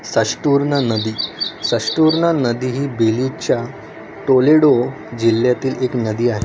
सष्टष्टूरन नदी सष्टष्टूर्ना नदी ही बिलीच्या टोलेडो जिल्ह्यातील एक नदी आहे